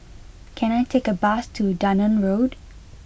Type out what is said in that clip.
can I take a bus to Dunearn Road